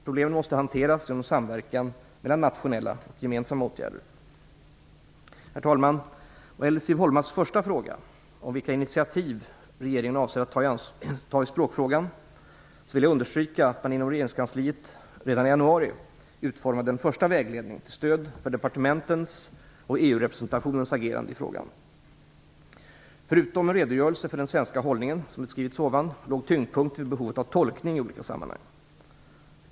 Problemen måste hanteras genom samverkan mellan nationella och gemensamma åtgärder. Herr talman! Vad gäller Siv Holmas första fråga, om vilka initiativ regeringen avser att ta i språkfrågan, vill jag understryka att man inom regeringskansliet redan i januari utformade en första vägledning till stöd för departementens och EU-representationens agerande i frågan. Förutom en redogörelse för den svenska hållningen, som beskrivits ovan, låg tyngdpunkten vid behovet av tolkning i olika sammanhang.